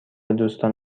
دوستان